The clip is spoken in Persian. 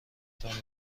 تان